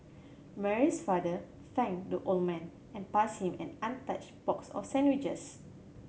Mary's father thanked the old man and passed him an untouched box of sandwiches